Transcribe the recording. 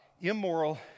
immoral